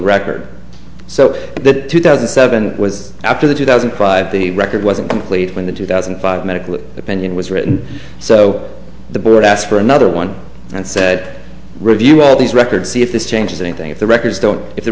record so that two thousand and seven was after the two thousand cried the record wasn't complete when the two thousand and five medical opinion was written so the board asked for another one and said review all these records see if this changes anything if the records don't if the